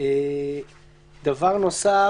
דבר נוסף,